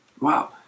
Wow